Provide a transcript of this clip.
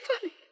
funny